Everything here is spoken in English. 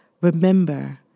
Remember